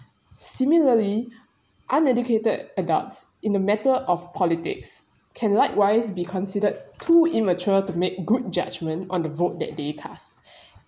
similarly uneducated adults in a matter of politics can likewise be considered too immature to make good judgment on the vote that they cast